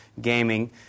gaming